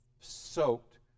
soaked